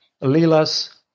Lilas